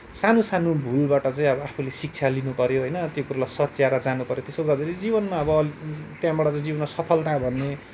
सानो सानो भूलबाट चाहिँ अब आफूले शिक्षा लिनु पऱ्यो अब होइन त्यो कुरोलाई सच्याएर जानुपऱ्यो त्यसो गर्दाखेरि चाहिँ जीवनमा अब त्यहाँबाट चाहिँ जीवनमा सफलता भन्ने